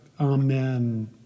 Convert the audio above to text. Amen